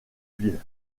ville